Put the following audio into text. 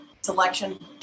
selection